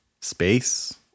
space